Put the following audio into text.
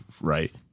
right